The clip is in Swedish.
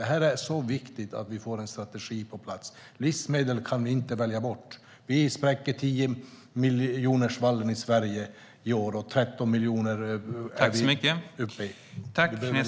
Det är viktigt att vi får en strategi på plats. Vi kan inte välja bort livsmedel. Vi spräcker 10-miljonersvallen i Sverige i år och är uppe i 13 miljoner. Vi behöver livsmedel.